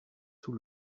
sous